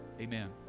amen